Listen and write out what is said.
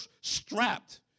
strapped